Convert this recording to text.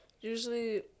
usually